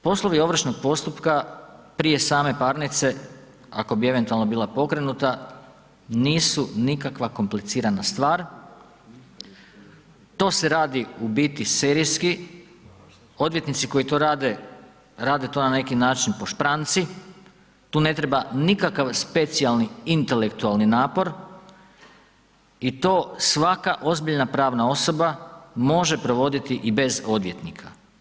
Poslovi ovršnog postupka prije same parnice, ako bi eventualno bila pokrenuta nisu nikakva komplicirana stvar, to se radi u biti serijski, odvjetnici koji to rade, rade to na neki način po špranci, tu ne treba nikakav specijalni intelektualni napor i to svaka ozbiljna pravna osoba može provoditi i bez odvjetnika.